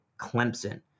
Clemson